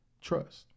trust